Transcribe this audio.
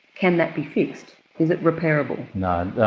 can that be fixed? is it repairable? no,